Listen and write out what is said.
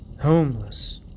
Homeless